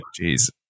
Jeez